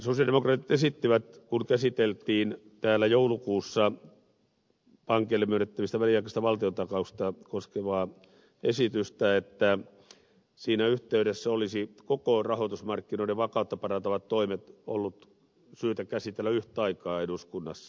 sosialidemokraatit esittivät kun täällä joulukuussa käsiteltiin pankeille myönnettäviä väliaikaisia valtiontakauksia koskevaa esitystä että siinä yhteydessä olisi koko rahoitusmarkkinoiden vakautta parantavat toimet ollut syytä käsitellä yhtä aikaa eduskunnassa